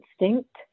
instinct